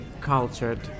cultured